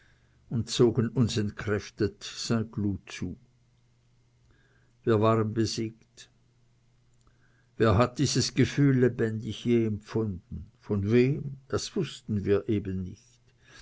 und zogen uns entkräftet st cloud zu wir waren besiegt wer hat dieses gefühl lebendig je empfunden von wem das wußten wir eben nicht